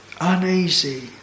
uneasy